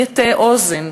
מי יטה אוזן?